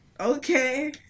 Okay